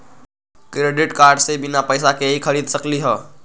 Credit card से बिना पैसे के ही खरीद सकली ह?